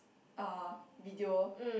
uh video